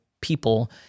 people